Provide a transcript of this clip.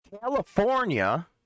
California